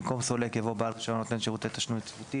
במקום "סולק" יבוא "בעל רישיון נותן שירותי תשלום יציבותי".